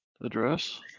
address